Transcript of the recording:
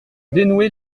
dénouait